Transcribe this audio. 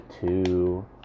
two